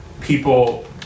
people